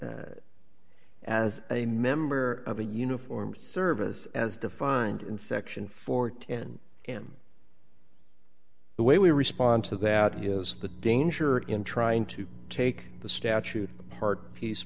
argument as a member of a uniform service as defined in section fourteen and him the way we respond to that is the danger in trying to take the statute apart piece